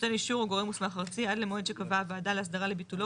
נותן אישור או גורם מוסמך ארצי עד למועד שקבעה הוועדה להסדרה לביטולו